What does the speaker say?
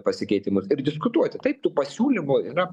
pasikeitimus ir diskutuoti taip tų pasiūlymų yra